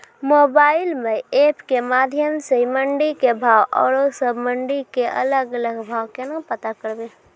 Mobile म app के माध्यम सऽ मंडी के भाव औरो सब मंडी के अलग अलग भाव केना पता करबै?